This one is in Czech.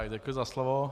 Děkuji za slovo.